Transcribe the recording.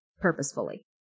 purposefully